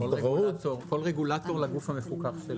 כל רגולטור - לגוף המפוקח שלו.